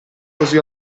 così